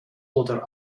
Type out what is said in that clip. oder